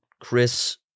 Chris